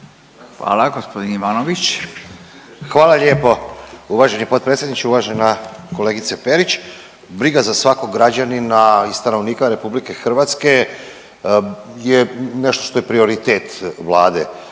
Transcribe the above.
Goran (HDZ)** Hvala lijepo uvaženi potpredsjedniče. Uvažena kolegice Perić, briga za svakog građanina i stanovnika RH je nešto što je prioritet Vlade